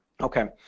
Okay